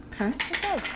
okay